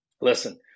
listen